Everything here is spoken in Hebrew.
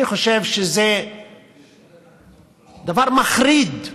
אני חושב שזה דבר מחריד,